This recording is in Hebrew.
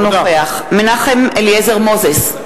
אינו נוכח מנחם אליעזר מוזס,